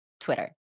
twitter